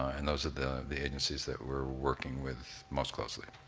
and those are the agencies that we're working with most closely.